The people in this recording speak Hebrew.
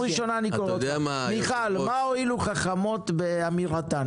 מיכל, מה הועילו חכמות באמירתן.